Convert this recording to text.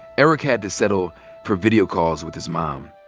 eric had to settle for video calls with his mom.